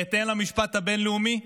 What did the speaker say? בהתאם למשפט הבין-לאומי.